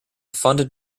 funded